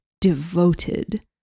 devoted